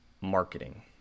marketing